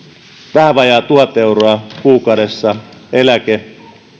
vähän vajaat tuhannessa kuukaudessa eläke